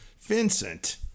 Vincent